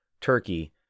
Turkey